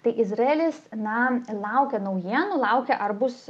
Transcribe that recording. tai izraelis na laukia naujienų laukia ar bus